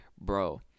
Bro